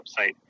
website